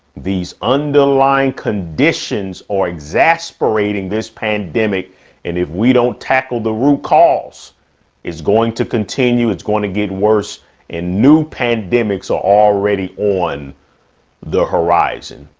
these underlying conditions or exasperating this pandemic and if we don't tackle the root cause is going to continue. it's going to get worse and new pandemics are already on the horizon.